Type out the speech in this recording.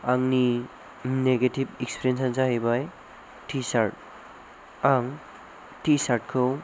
आंनि negative experience आनो जाहैबाय टि सार्ट आं टि सार्ट खौ